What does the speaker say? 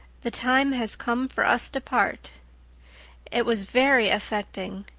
the time has come for us to part it was very affecting.